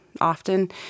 often